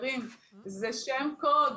ובכלל דברים שקיבלנו לאורך זמן